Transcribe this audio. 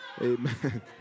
Amen